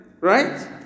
right